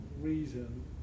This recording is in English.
reason